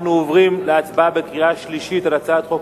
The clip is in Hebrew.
אנחנו עוברים לקריאה שלישית על הצעת חוק